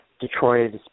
Detroit